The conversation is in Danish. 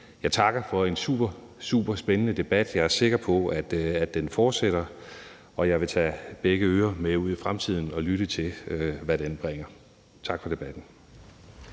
Jeg takker for en superspændende debat, jeg er sikker på, at den fortsætter, og jeg vil tage begge ører med ud i fremtiden og lytte til, hvad den bringer. Tak for debatten.